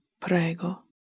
prego